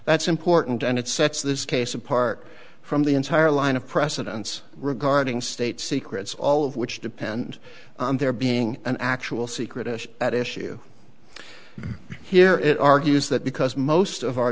that's important and it sets this case apart from the entire line of precedence regarding state secrets all of which depend on there being an actual secret as at issue here it argues that because most of our